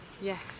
Yes